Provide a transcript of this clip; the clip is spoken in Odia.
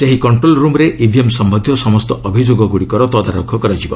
ସେହି କଷ୍ଟ୍ରୋଲ୍ ରୁମ୍ରେ ଇଭିଏମ୍ ସମ୍ବନ୍ଧୀୟ ସମସ୍ତ ଅଭିଯୋଗଗୁଡ଼ିକର ତଦାରଖ କରାଯିବ